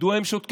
מדוע הם שותקים?